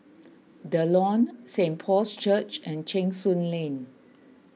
the Lawn Saint Paul's Church and Cheng Soon Lane